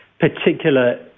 particular